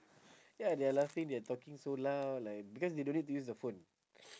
ya they're laughing they're talking so loud like because they don't need to use the phone